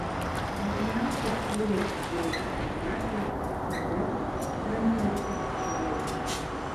dažniausiai siūlo muziejui fotografijas knygas rankraščius laiškus